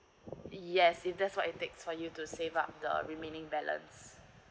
yes it does what it takes for you to save up the uh remaining balance